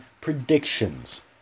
predictions